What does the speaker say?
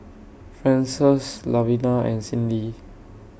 Frances Lavina and Cyndi